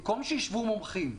במקום שישבו מומחים,